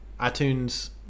iTunes